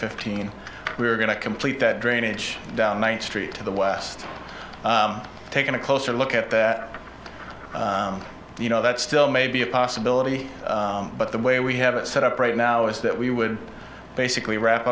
fifteen we're going to complete that drainage down main street to the west taking a closer look at that you know that still may be a possibility but the way we have it set up right now is that we would basically wrap